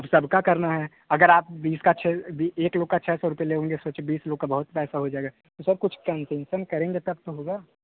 सब का करना है अगर आप बीस का छः एक लोग का छः सौ रुपए लोगे सोचो बीस लोग का बहुत हो जाएगा सर कुछ कंसेशन करेंगे तब तो होगा